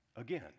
again